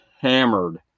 hammered